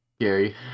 Gary